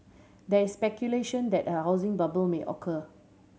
there is speculation that a housing bubble may occur